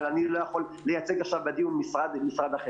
אבל אני לא יכול לייצג עכשיו בדיון משרד אחר.